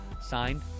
Signed